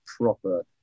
proper